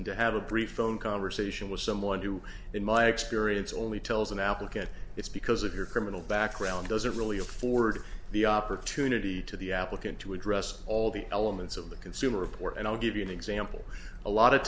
and to have a brief phone conversation with someone who in my experience only tells an applicant it's because of your criminal background doesn't really apply forward the opportunity to the applicant to address all the elements of the consumer report and i'll give you an example a lot of